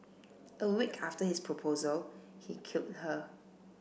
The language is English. a week after his proposal he killed her